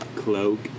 Cloak